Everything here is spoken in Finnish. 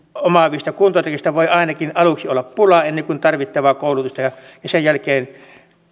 omaavista kuntotarkastajista voi ainakin aluksi olla pulaa ennen kuin tarvittavaa koulutusta ja sen jälkeen